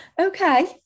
Okay